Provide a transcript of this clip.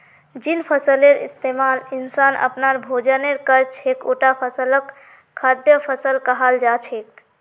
जिन फसलेर इस्तमाल इंसान अपनार भोजनेर कर छेक उटा फसलक खाद्य फसल कहाल जा छेक